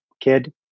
kid